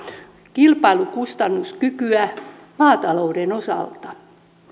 kilpailukustannuskykyä maatalouden osalta